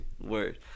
Word